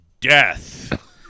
death